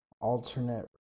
alternate